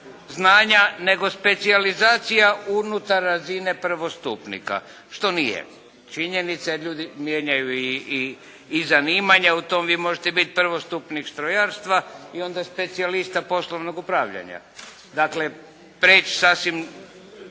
nego specijalizacija unutar razine prvostupnika što nije činjenica, jer ljudi mijenjaju i zanimanja. Vi možete biti prvostupnik strojarstva i onda specijalista poslovnog upravljanja. Dakle prijeći sasvim